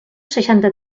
seixanta